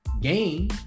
game